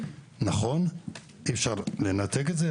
נכון אי אפשר לנתק את זה.